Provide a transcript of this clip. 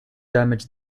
damage